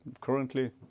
currently